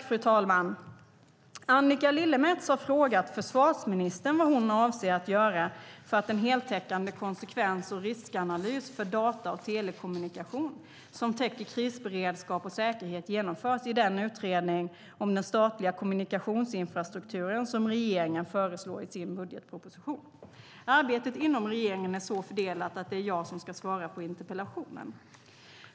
Fru talman! Annika Lillemets har frågat försvarsministern vad hon avser att göra för att en heltäckande konsekvens och riskanalys för data och telekommunikation, som täcker krisberedskap och säkerhet, genomförs i den utredning om den statliga kommunikationsinfrastrukturen som regeringen föreslår i sin budgetproposition. Arbetet inom regeringen är så fördelat att det är jag som ska svara på interpellationen.